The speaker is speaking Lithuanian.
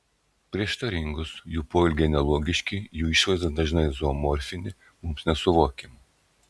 prieštaringos jų poelgiai nelogiški jų išvaizda dažnai zoomorfinė mums nesuvokiama